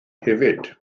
hefyd